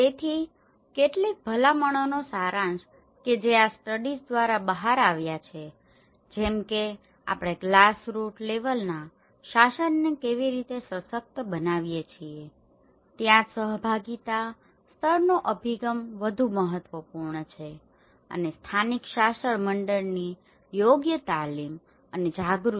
તેથી કેટલીક ભલામણોનો સારાંશ કે જે આ સ્ટડીઝ દ્વારા બહાર આવ્યા છે જેમ કે આપણે ગ્લાસ રુટ લેવલના શાસનને કેવી રીતે સશક્ત બનાવી શકીએ છીએ ત્યાં જ સહભાગિતા સ્તરનો અભિગમ વધુ મહત્વપૂર્ણ છે અને સ્થાનિક શાસક મંડળની યોગ્ય તાલીમ અને જાગૃતિ